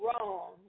wrong